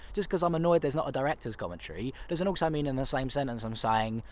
just cause i'm annoyed there's not a director's commentary doesn't also i mean in the same sentence i'm saying,